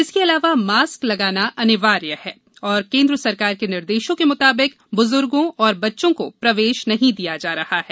इसके अलावा मास्क लगाना अनिवार्य है और केन्द्र सरकार के निर्देशों के मुताबिक बुजुर्गो और बच्चों को प्रवेश नहीं दिया जा रहा है